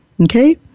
Okay